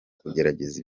kugerageza